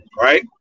Right